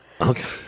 Okay